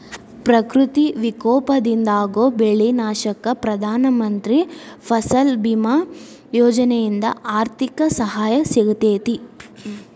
ಪ್ರಕೃತಿ ವಿಕೋಪದಿಂದಾಗೋ ಬೆಳಿ ನಾಶಕ್ಕ ಪ್ರಧಾನ ಮಂತ್ರಿ ಫಸಲ್ ಬಿಮಾ ಯೋಜನೆಯಿಂದ ಆರ್ಥಿಕ ಸಹಾಯ ಸಿಗತೇತಿ